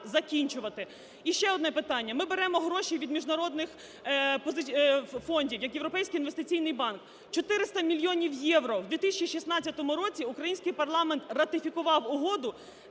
І ще одне питання. Ми беремо гроші від міжнародних фондів, як Європейський інвестиційний банк. 400 мільйонів євро. В 2016 році український парламент ратифікував Угоду